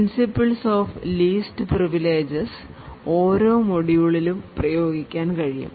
Principles of Least Privileges ഓരോ മൊഡ്യൂളിലും പ്രയോഗിക്കാൻ കഴിയും